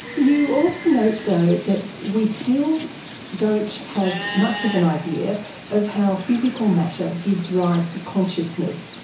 you also note though that we still don't have much of an idea of how physical matter gives rise to consciousness,